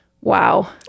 Wow